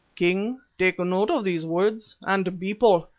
king, take note of those words, and people,